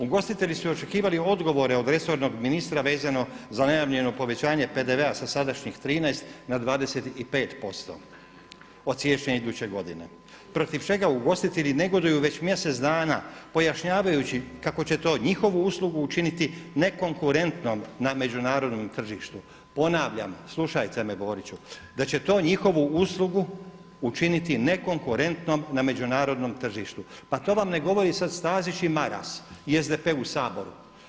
Ugostitelji su očekivali odgovore od resornog ministra vezano za najavljeno povećanje PDV-a sa sadašnjih 13 na 25% od siječnja iduće godine protiv čega ugostitelji negoduju već mjesec dana pojašnjavajući kako će to njihovu uslugu učiniti nekonkurentnom na međunarodnom tržištu.“ Ponavljam, slušajte me Boriću – da će to njihovu uslugu učiniti nekonkurentnom na međunarodnom tržištu – pa to vam ne govori sada Stazić i Maras i SDP-e u Saboru.